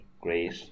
great